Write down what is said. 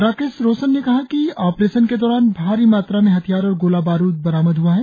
राकेश रोशन ने कहा कि ऑपरेशन के दौरान भारी मात्रा में हथियार और गोला बारुद बरामद हुआ है